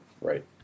right